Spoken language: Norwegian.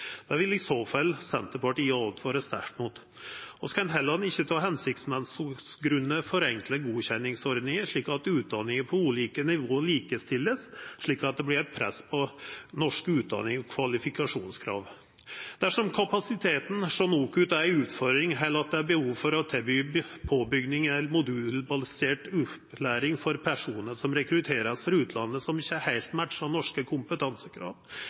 Det vil i så fall Senterpartiet åtvara sterkt mot. Vi kan heller ikkje av hensiktsmessige grunnar forenkla godkjenningsordninga slik at utdanningar på ulike nivå vert likestilte, slik at det vert eit press på norske utdannings- og kvalifikasjonskrav. Dersom kapasiteten hjå NOKUT er ei utfordring, eller at det er behov for å tilby påbygging eller modulbasert opplæring for personar som vert rekrutterte frå utlandet, som ikkje heilt matchar norske kompetansekrav